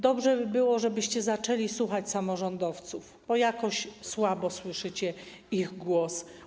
Dobrze by było, żebyście zaczęli słuchać samorządowców, bo jakoś słabo słyszycie ich głos.